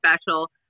special